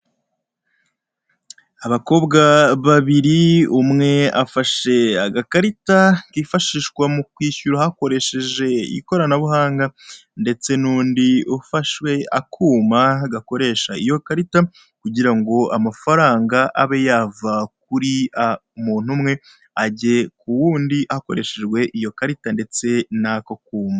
Abakobwa babiri umwe afashe agakarita kifashishwa mu kwishyura hakoresheje ikoranabuhanga ndetse n'undi ufashe ako kuma gakoresha iyo karita kugira ngo amafaranga abe yava ku muntu umwe age kuwundi hakoreshejwe iyo karita ndetse n'ako kuma.